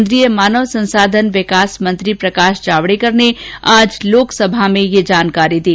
केन्द्रीय मानव संसाधन विकास मंत्री प्रकाश जावड़ेकर ने आज लोकसभा में ये जानकारी दी